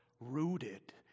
rooted